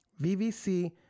VVC